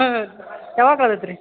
ಹ್ಞೂ ಯಾವಾಗ ಕಳ್ದತ್ ರೀ